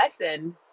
lesson